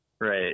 Right